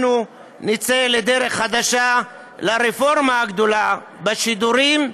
אנחנו נצא לדרך חדשה, לרפורמה הגדולה בשידורים,